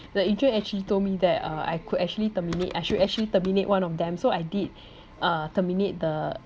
the agent actually told me that uh I could actually terminate I should actually terminate one of them so I did uh terminate the